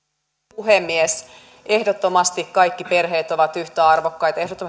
puhemies ehdottomasti kaikki perheet ovat yhtä arvokkaita ehdottomasti kaikki